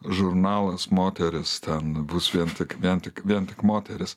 žurnalas moteris ten bus vien tik vien tik vien tik moterys